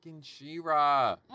She-Ra